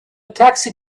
taxi